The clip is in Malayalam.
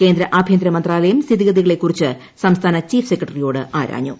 കേന്ദ്ര ആഭ്യന്തര മന്ത്രാലയം സ്ഥിതിഗതികളെ കുറിച്ച് സംസ്ഥാന ചീഫ് സെക്രട്ടറിയോട് ആരാഞ്ഞു